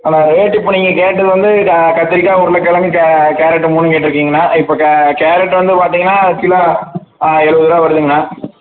அண்ணா rate இப்போ நீங்கள் கேட்டது வந்து க கத்திரிக்காய் உருளைக்கெழங்கு கே கேரட் மூணும் கேட்டுருக்கீங்கண்ணா இப்போ கே கேரட் வந்து பார்த்தீங்கன்னா கிலோ ஆ எழுபதுருவா வருதுங்கண்ணா